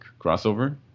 crossover